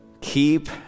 keep